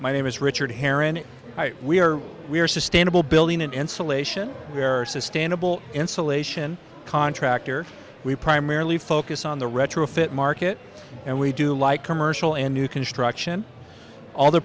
my name is richard heron we are we are sustainable building and insulation we are sustainable insulation contractor we primarily focus on the retrofit market and we do like commercial and new construction all the